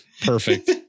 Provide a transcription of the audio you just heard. Perfect